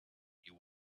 you